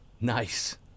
Nice